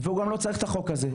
והוא גם לא צריך את החוק הזה,